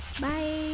bye